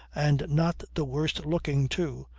and not the worst-looking too,